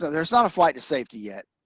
there's not a flight to safety yet.